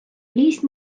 лізь